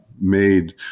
made